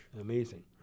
Amazing